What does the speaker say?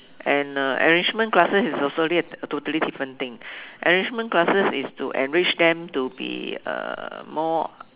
and uh enrichment classes is also a totally different thing enrichment classes is to enrich them to be uh more